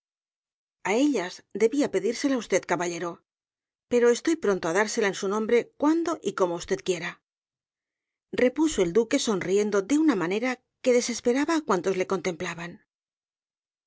a ellas debía pedírsela usted caballero pero estoy pronto á dársela en su nombre cuando y como usted quiera repuso el duque sonriendo de una manera que desesperaba á cuantos le contemplaban